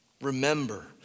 Remember